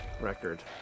record